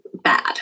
bad